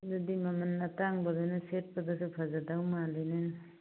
ꯑꯗꯨꯗꯤ ꯃꯃꯜ ꯑꯇꯥꯡꯕꯅ ꯁꯦꯠꯄꯗꯁꯨ ꯐꯖꯗꯧ ꯃꯥꯜꯂꯤꯅꯦ